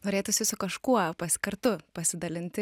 norėtųsi su kažkuo pas kartu pasidalinti